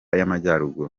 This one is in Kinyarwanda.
y’amajyaruguru